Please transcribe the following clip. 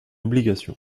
obligation